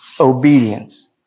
Obedience